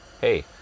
hey